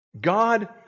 God